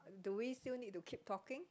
do we still need to keep talking